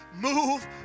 move